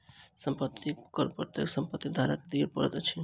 संपत्ति कर प्रत्येक संपत्ति धारक के दिअ पड़ैत अछि